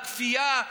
על כפייה,